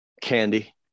Candy